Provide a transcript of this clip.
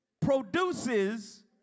produces